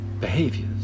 behaviors